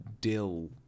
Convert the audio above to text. dill